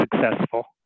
successful